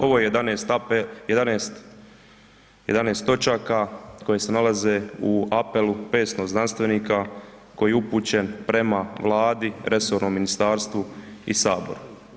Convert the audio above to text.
Ovo je 11 apel, 11 točaka koje se nalaze u apelu 500 znanstvenika koji je upućen prema Vladi, resornom ministarstvu i saboru.